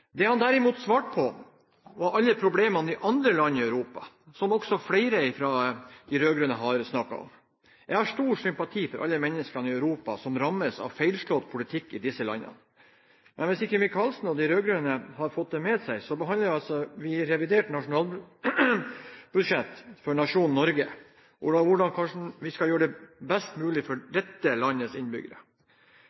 Det han derimot svarte på, var alle problemene i andre land i Europa, som også flere fra de rød-grønne har snakket om. Jeg har stor sympati for alle menneskene i Europa som rammes av feilslått politikk i disse landene, men hvis ikke Micaelsen og de rød-grønne har fått det med seg, så behandler vi altså revidert nasjonalbudsjett for nasjonen Norge og hvordan vi kan gjøre det best mulig for